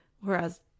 whereas